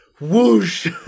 Whoosh